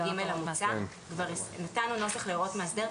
הצענו נוסח להוראות מאסדר.